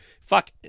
Fuck